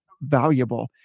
valuable